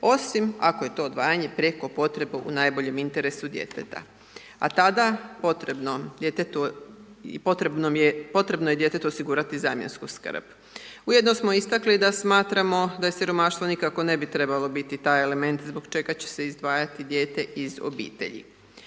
osim ako je to odvajanje prijeko potrebno u najboljem interesu djeteta, a tada potrebno je djetetu osigurati zamjensku skrb. Ujedno smo istakli da smatramo da siromaštvo nikako ne bi trebao biti taj element zbog čeda će se izdvajati dijete iz obitelji.